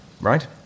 right